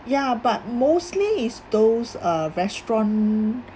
ya but mostly is those uh restaurant